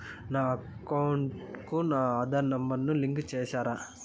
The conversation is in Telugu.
నా అకౌంట్ కు నా ఆధార్ నెంబర్ ను లింకు చేసారా